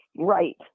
Right